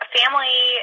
family